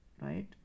right